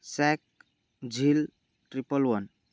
sack झिल triple one